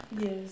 Yes